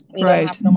Right